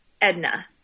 Edna